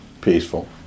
peaceful